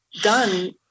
done